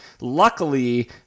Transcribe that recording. Luckily